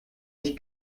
ich